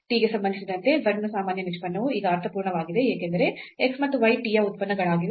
t ಗೆ ಸಂಬಂಧಿಸಿದಂತೆ z ನ ಸಾಮಾನ್ಯ ನಿಷ್ಪನ್ನವು ಈಗ ಅರ್ಥಪೂರ್ಣವಾಗಿದೆ ಏಕೆಂದರೆ x ಮತ್ತು y t ಯ ಉತ್ಪನ್ನಗಳಾಗಿವೆ